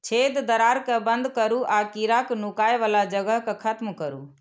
छेद, दरार कें बंद करू आ कीड़ाक नुकाय बला जगह कें खत्म करू